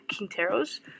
Quinteros